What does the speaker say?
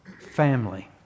Family